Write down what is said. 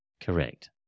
Correct